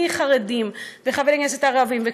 חרדים וחברי כנסת ערבים,